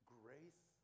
grace